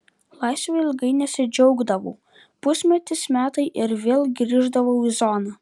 laisve ilgai nesidžiaugdavau pusmetis metai ir vėl grįždavau į zoną